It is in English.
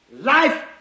Life